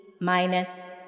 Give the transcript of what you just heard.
minus